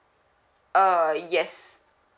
uh yes